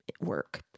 work